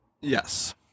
yes